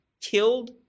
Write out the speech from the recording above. killed